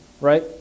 right